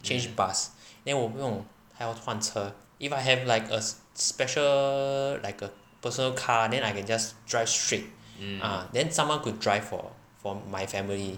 change bus then 我不用还要换车 if I have like a special like a personal car then I can just drive straight ah then someone could drive for for my family